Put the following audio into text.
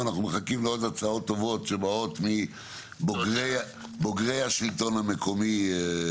אנחנו מחכים לעוד הצעות טובות שבאות מבוגרי השלטון המקומי.